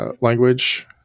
language